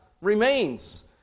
remains